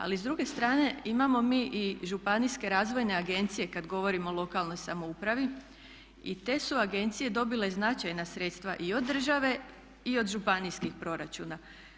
Ali s druge strane imamo mi i županijske razvojne agencije kada govorimo o lokalnoj samoupravi i te su agencije dobile značajna sredstva i od države i od županijskih proračuna.